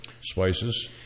spices